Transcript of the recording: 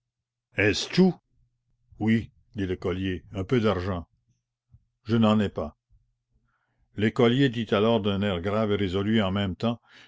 oui dit l'écolier un peu d'argent je n'en ai pas l'écolier dit alors d'un air grave et résolu en même temps